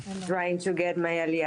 (מדבר באנגלית, להלן תרגום חופשי)